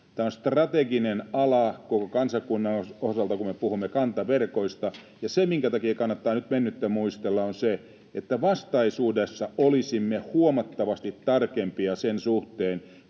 Tämä on strateginen ala koko kansakunnan osalta, kun me puhumme kantaverkoista, ja se, minkä takia kannattaa nyt mennyttä muistella, on se, että vastaisuudessa olisimme huomattavasti tarkempia sen suhteen,